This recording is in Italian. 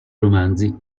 romanzi